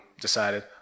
decided